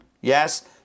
Yes